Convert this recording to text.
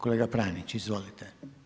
Kolega Pranić, izvolite.